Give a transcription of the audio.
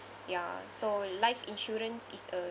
ya so life insurance is a